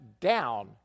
down